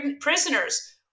prisoners